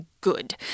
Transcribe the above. good